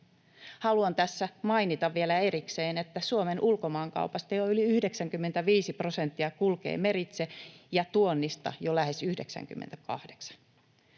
Haluan tässä mainita vielä erikseen, että Suomen ulkomaankaupasta jo yli 95 prosenttia kulkee meritse ja tuonnista jo lähes 98.